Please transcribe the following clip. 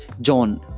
John